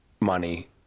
money